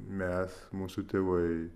mes mūsų tėvai